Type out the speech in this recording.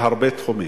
בהרבה תחומים,